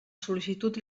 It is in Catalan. sol·licitud